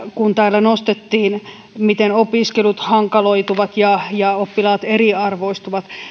kun täällä nostettiin miten opiskelut hankaloituvat ja ja oppilaat eriarvoistuvat